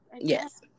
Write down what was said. Yes